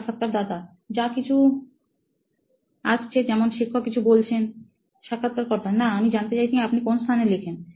সাক্ষাৎকারদাতা যা কিছু আসছেযেমন শিক্ষক কিছু বলছেন সাক্ষাৎকারকর্তা না আমি জানতে চাইছি আপনি কোন স্থানে লেখেন